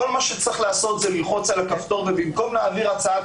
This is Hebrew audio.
כל מה שצריך לעשות זה ללחוץ על כפתור ובמקום להעביר הצעת